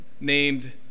named